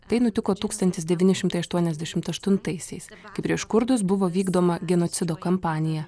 tai nutiko tūkstantis devyni šimtai aštuoniasdešimt aštuntaisiais kai prieš kurdus buvo vykdoma genocido kampanija